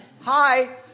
hi